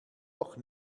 och